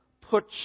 put